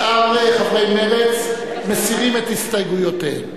שאר חברי מרצ מסירים את הסתייגויותיהם.